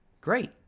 great